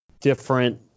different